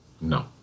No